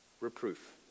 reproof